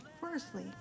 Firstly